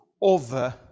over